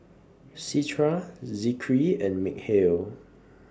Citra Zikri and Mikhail